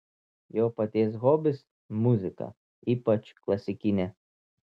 jo paties hobis muzika ypač klasikinė